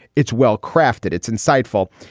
it's well-crafted. it's insightful.